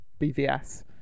BVS